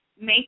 Make